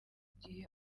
gihe